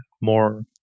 more